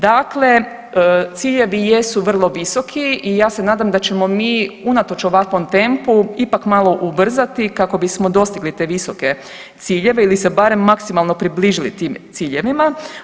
Dakle, ciljevi jesu vrlo visoki i ja se nadam da ćemo mi unatoč ovakvom tempu ipak malo ubrzati kako bismo dostigli te visoke ciljeve ili se barem maksimalno približili tim ciljevima.